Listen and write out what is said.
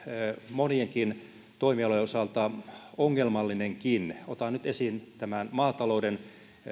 monienkin toimialojen osalta ongelmallinenkin otan nyt esiin tämän maatalouden